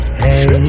hey